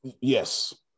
Yes